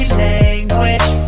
language